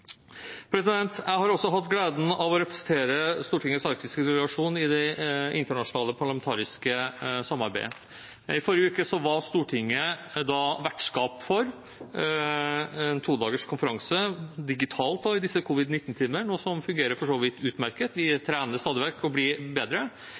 hatt gleden av å representere Stortingets arktiske delegasjon i det internasjonale parlamentariske samarbeidet. I forrige uke var Stortinget vertskap for en todagers konferanse – digitalt i disse covid-19-tider, noe som for så vidt fungerer utmerket, vi